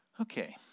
Okay